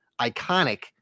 iconic